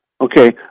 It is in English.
Okay